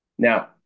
Now